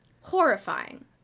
horrifying